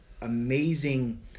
amazing